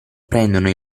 prendono